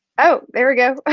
oh, there we go.